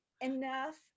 enough